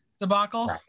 debacle